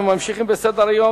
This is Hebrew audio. אנחנו ממשיכים בסדר-היום.